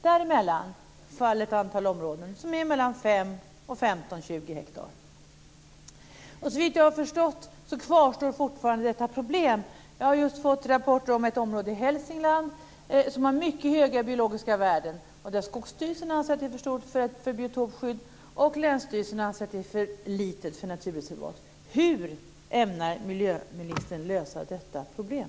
Däremellan faller ett antal områden som är mellan 5 och 15-20 hektar. Såvitt jag har förstått kvarstår fortfarande detta problem. Jag har just fått rapporter om ett område i Hälsingland som har mycket höga biologiska värden. Skogsstyrelsen anser dock att det är för stort för biotopskydd, och länsstyrelsen anser att det är för litet att bli naturreservat. Hur ämnar miljöministern lösa detta problem?